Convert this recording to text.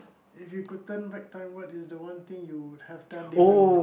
if you could turn back time what is the one thing you would have done differently